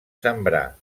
sembrar